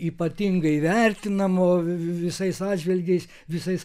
ypatingai vertinamo visais atžvilgiais visais